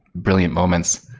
brilliant moments.